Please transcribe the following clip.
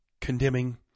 condemning